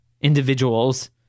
individuals